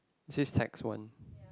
says text one